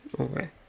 okay